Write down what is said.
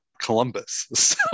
columbus